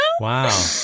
Wow